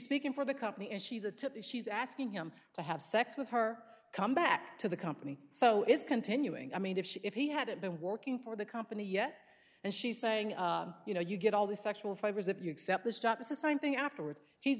speaking for the company and she's a tip that she's asking him to have sex with her come back to the company so it's continuing i mean if she if he hadn't been working for the company yet and she's saying you know you get all these sexual favors if you accept the stops the same thing afterwards he